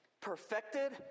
perfected